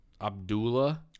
Abdullah